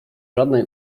żadnej